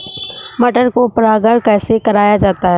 मटर को परागण कैसे कराया जाता है?